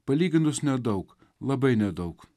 palyginus nedaug labai nedaug